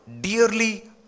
dearly